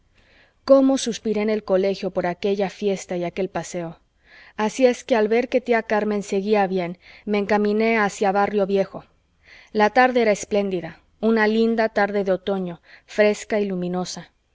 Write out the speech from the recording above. cómo suspiré en el colegio por aquella fiesta y aquel paseo así es que al ver que tía carmen seguía bien me encaminé hacia barrio viejo la tarde era espléndida una linda tarde de otoño fresca y luminosa